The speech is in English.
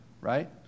right